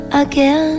again